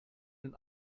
den